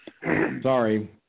Sorry